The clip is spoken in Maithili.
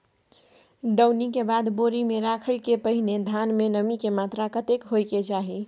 दौनी के बाद बोरी में रखय के पहिने धान में नमी के मात्रा कतेक होय के चाही?